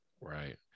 right